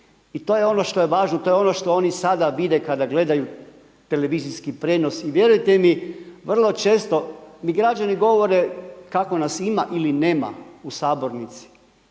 I to je ono što je važno i to je ono što oni sada vide kada gledaju televizijski prijenos. I vjerujte mi, vrlo često mi građani govore kako nas ima ili nema u sabornici,